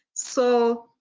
so,